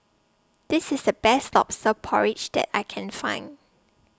This IS The Best Lobster Porridge that I Can Find